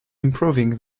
improving